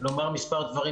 לומר מספר דברים,